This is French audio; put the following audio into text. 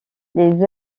les